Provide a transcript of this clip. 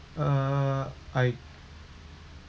uh I